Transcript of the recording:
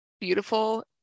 beautiful